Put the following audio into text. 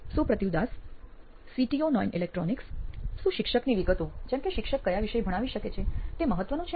સુપ્રતિવ Das CTO નોઇન electronics શું શિક્ષકની વિગતો જેમ કે શિક્ષક કયા વિષય ભણાવી શકે છે તે મહત્વનું છે